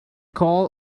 call